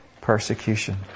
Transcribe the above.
persecution